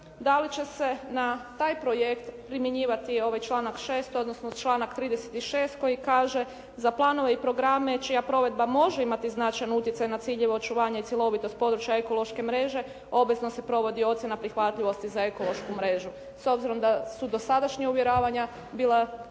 da li će se na taj projekt primjenjivati ovaj članak 6. odnosno članak 36. koji kaže: «Za planove i programe čija provedba može imati značajan utjecaj na ciljeve očuvanja i cjelovitost područja ekološke mreže obvezno se provodi ocjena prihvatljivosti za ekološku mrežu. S obzirom da su dosadašnja uvjeravanja bila